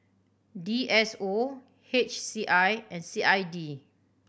D S O H C I and C I D